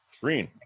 Green